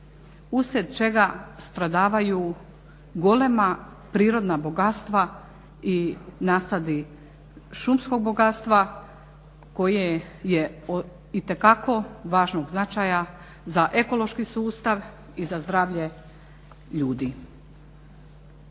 uslijed čega stradavaju golema prirodna bogatstva i nasadi šumskog bogatstva koje je od itekako važnost značaja za ekološki sustav i za zdravlje ljudi.